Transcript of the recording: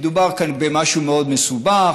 מדובר כאן במשהו מאוד מסובך.